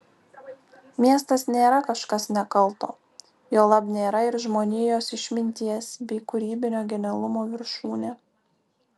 miestas nėra kažkas nekalto juolab nėra ir žmonijos išminties bei kūrybinio genialumo viršūnė